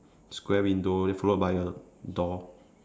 square window then followed by a door